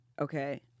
okay